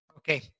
Okay